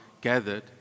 gathered